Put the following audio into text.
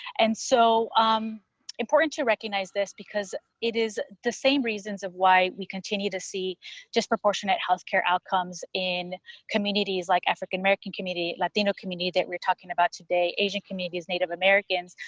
and so um important to recognize this because it is the same reasons of why we continue to see disproportionate healthcare outcomes in communities like african-american community, latino community that we're talking about today, asian communities, native americans.